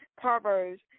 Proverbs